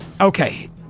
Okay